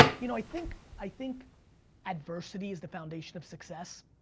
you know, i think, i think adversity is the foundation of success,